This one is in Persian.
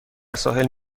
ساحل